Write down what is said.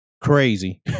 crazy